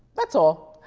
that's all.